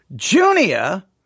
Junia